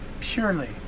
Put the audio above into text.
purely